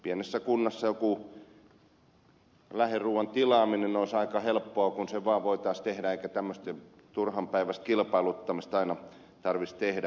pienessä kunnassa lähiruuan tilaaminen olisi aika helppoa kun se voitaisiin vaan tehdä eikä tämmöistä turhanpäiväistä kilpailuttamista aina tarvitsisi tehdä